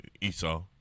Esau